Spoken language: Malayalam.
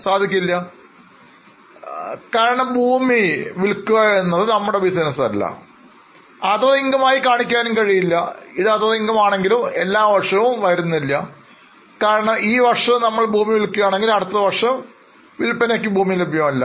സാധിക്കില്ല കാരണം ഭൂമി നിൽക്കുക എന്നത് നമ്മളുടെ ബിസിനസ് അല്ല Other income ആയി കാണിക്കാനും കഴിയില്ല ഇത് Other income ആണെങ്കിലും എല്ലാ വർഷവും ആവർത്തിക്കുന്നില്ല കാരണം ഈ വർഷം നമ്മൾ ഭൂമി വിൽക്കുകയാണെങ്കിൽ അടുത്തവർഷം വിൽപനയ്ക്കു ഭൂമി ലഭ്യമല്ല